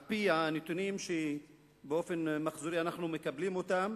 על-פי הנתונים, שבאופן מחזורי אנחנו מקבלים אותם,